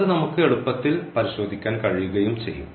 അത് നമുക്ക് എളുപ്പത്തിൽ പരിശോധിക്കാൻ കഴിയുകയും ചെയ്യും